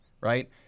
right